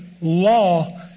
law